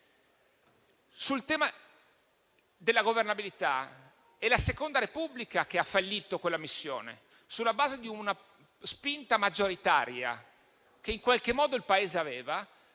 Sul tema della governabilità è la Seconda Repubblica che ha fallito quella missione, sulla base di una spinta maggioritaria che in qualche modo il Paese aveva.